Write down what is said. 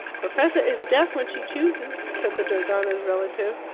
perfetta is deaf when she chooses, said the dogana's relative.